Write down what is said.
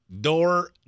Door